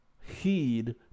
heed